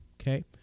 okay